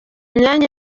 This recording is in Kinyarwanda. myanya